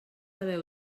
haver